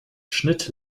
schnitt